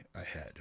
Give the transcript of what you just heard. ahead